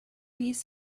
piece